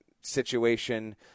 situation